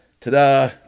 ta-da